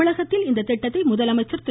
தமிழகத்தில் இத்திட்டத்தை முதலமைச்சர் திரு